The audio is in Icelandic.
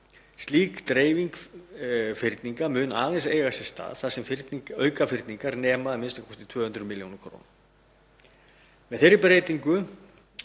Slík dreifing fyrninga mun aðeins eiga sér stað þar sem aukafyrningar nema a.m.k. 200 millj. kr. Með þeirri breytingu